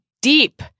deep